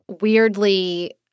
weirdly